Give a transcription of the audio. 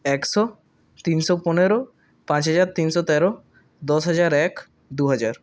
একশো তিনশো পনেরো পাঁচ হাজার তিনশো তেরো দশ হাজার এক দুহাজার